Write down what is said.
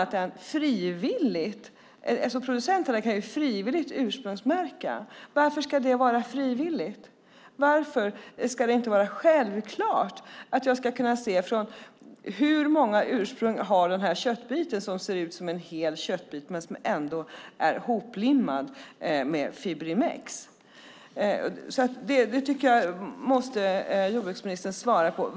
Producenterna kan frivilligt ursprungsmärka. Varför ska det vara frivilligt? Varför ska det inte vara självklart att jag ska kunna se hur många ursprung köttbiten har som ser ut som en hel köttbit men som är hoplimmad med Fibrimex? Det måste jordbruksministern svara på.